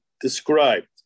described